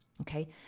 Okay